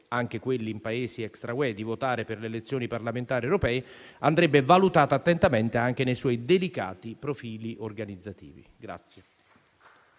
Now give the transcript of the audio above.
(anche quelli in Paesi extraeuropei) di votare per le elezioni parlamentari europee andrebbe valutata attentamente anche nei suoi delicati profili organizzativi.